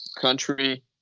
country